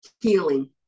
healing